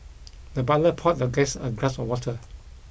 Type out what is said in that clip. the butler poured the guest a glass of water